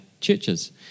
Churches